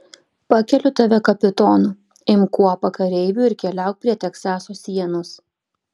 pakeliu tave kapitonu imk kuopą kareivių ir keliauk prie teksaso sienos